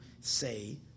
say